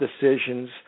decisions